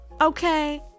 Okay